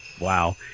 Wow